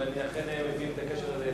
ואני אכן מבין את הקשר הזה היטב.